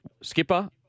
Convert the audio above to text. Skipper